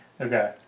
Okay